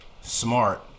smart